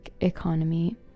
economy